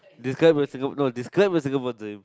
describe a no describe a Singapore dream